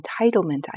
entitlement